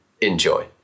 enjoy